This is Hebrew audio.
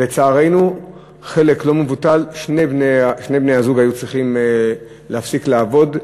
לצערנו בחלק לא מבוטל מהמקרים שני בני-הזוג היו צריכים להפסיק לעבוד,